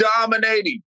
dominating